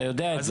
אתה יודע את זה.